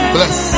Bless